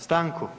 Stanku?